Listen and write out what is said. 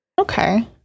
Okay